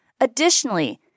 Additionally